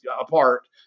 apart